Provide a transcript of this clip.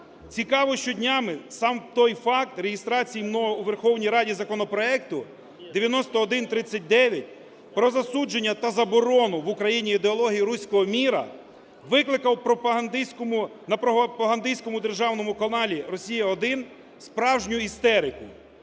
Цікаво, що днями сам той факт реєстрації мною у Верховній Раді законопроекту 9139 про засудження та заборону в Україні ідеології "руського мира" викликав в пропагандистському… на пропагандистському державному каналі "Росія 1" справжню істерику.